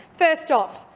first off,